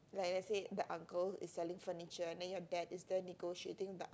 like let's say the uncle is selling furniture and your dad is the negotiating the